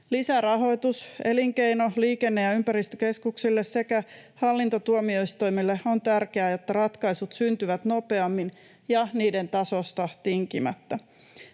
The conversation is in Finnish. Lisärahoitus elinkeino-, liikenne- ja ympäristökeskuksille sekä hallintotuomioistuimille on tärkeää, jotta ratkaisut syntyvät nopeammin ja niiden tasosta tinkimättä.